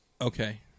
Okay